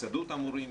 הסתדרות המורים,